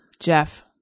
Jeff